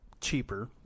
cheaper